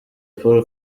paul